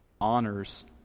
honors